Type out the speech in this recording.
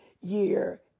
year